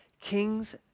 king's